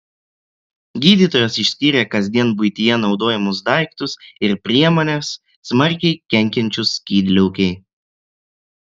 gydytojas išskyrė kasdien buityje naudojamus daiktus ir priemones smarkiai kenkiančius skydliaukei